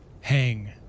hang